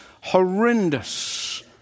horrendous